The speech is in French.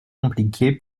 compliqué